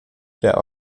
der